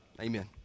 Amen